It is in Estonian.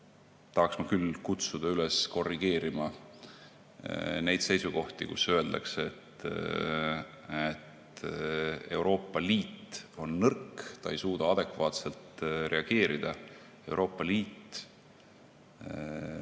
tahaks küll kutsuda üles korrigeerima neid seisukohti, et Euroopa Liit on nõrk, ta ei suuda adekvaatselt reageerida. Euroopa Liit ja